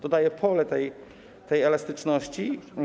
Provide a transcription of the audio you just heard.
To daje pole tej elastyczności.